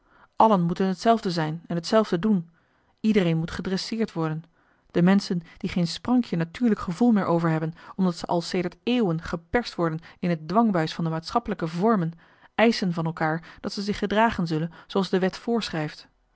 bekentenis moeten hetzelfde zijn en hetzelfde doen iedereen moet gedresseerd worden de menschen die geen sprankje natuurlijk gevoel meer over hebben omdat ze al sedert eeuwen geperst worden in het dwangbuis van de maatschappelijke vormen eischen van elkaar dat ze zich gedragen zullen zooals de wet voorschrijft